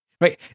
right